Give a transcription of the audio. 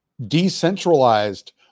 decentralized